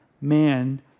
man